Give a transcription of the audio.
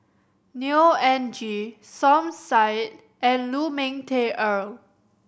Neo Anngee Som Said and Lu Ming Teh Earl